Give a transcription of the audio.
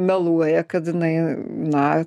meluoja kad jinai na